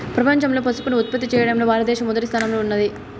ప్రపంచంలో పసుపును ఉత్పత్తి చేయడంలో భారత దేశం మొదటి స్థానంలో ఉన్నాది